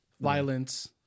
Violence